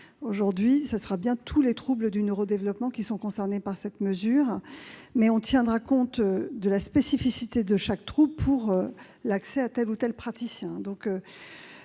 Aujourd'hui, tous les troubles du neuro-développement seront bel et bien concernés par cette mesure, mais on tiendra compte de la spécificité de chaque trouble pour l'accès à tel ou tel praticien.